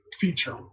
feature